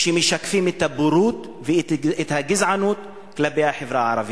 שמשקפות את הבורות ואת הגזענות כלפי החברה הערבית.